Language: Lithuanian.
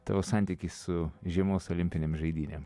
tavo santykis su žiemos olimpinėm žaidynėm